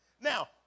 Now